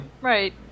Right